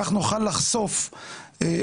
כך נוכל לחשוף